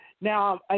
Now